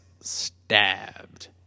stabbed